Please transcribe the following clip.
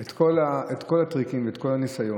כל הטריקים ואת כל הניסיון,